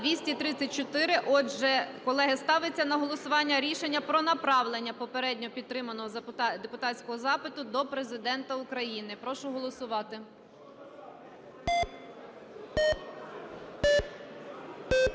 За-234 Отже, колеги, ставиться, на голосування рішення про направлення попередньо підтриманого депутатського запиту до Президента України. Прошу голосувати.